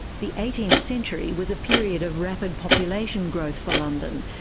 the eighteenth century was a period of rapid population growth for london,